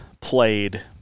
played